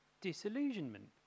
disillusionment